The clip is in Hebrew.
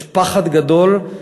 יש פחד גדול.